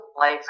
life